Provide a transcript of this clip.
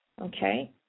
Okay